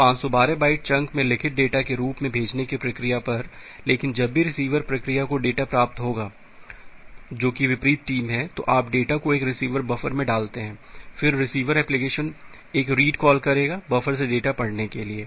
तो 512 byte chunk में लिखित डेटा के रूप में भेजने की प्रक्रिया पर लेकिन जब भी रिसीवर प्रक्रिया को डेटा प्राप्त होगा जो की विपरीत टीम है तो आप डेटा को एक रिसीवर बफर में डालते हैं फिर रिसीवर एप्लीकेशन एक रीड कॉल करेगा बफर से डेटा पढ़ने के लिए